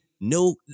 no